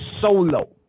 solo